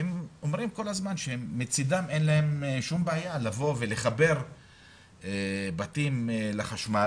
והם אומרים כל הזמן שמצדם אין להם שום בעיה לבוא ולחבר בתים לחשמל.